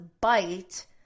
bite